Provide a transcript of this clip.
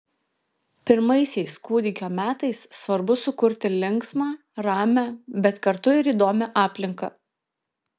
pirmaisiais kūdikio metais svarbu sukurti linksmą ramią bet kartu ir įdomią aplinką